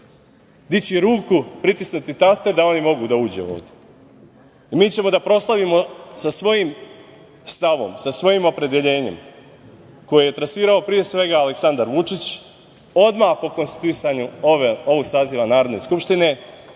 dići ruku, pritisnuti taster da oni mogu da uđu ovde. Mi ćemo da proslavimo sa svojim stavom, sa svojim opredeljenjem koje je trasirao, pre svega, Aleksandar Vučić, odmah po konstituisanju ovog saziva Narodne skupštine,